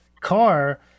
car